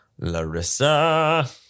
Larissa